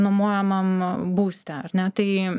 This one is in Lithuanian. nuomojamam būste ar ne tai